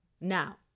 Now